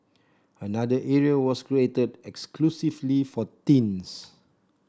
another area was created exclusively for teens